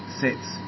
sits